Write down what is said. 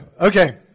okay